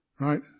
right